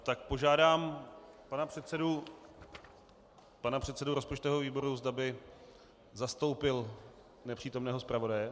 Tak požádám pana předsedu rozpočtového výboru, zda by zastoupil nepřítomného zpravodaje.